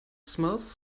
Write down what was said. smells